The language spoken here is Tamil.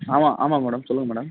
ஆமாம் ஆமாங்க மேடம் சொல்லுங்கள் மேடம்